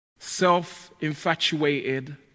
self-infatuated